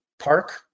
Park